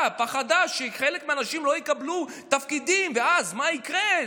שחלק מהאנשים לא יקבלו תפקידים ואז מה יקרה,